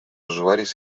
usuaris